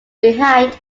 behind